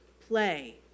play